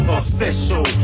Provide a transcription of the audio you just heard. official